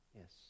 Yes